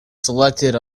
selected